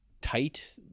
tight